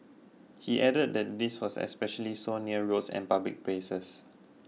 he added that this was especially so near roads and public places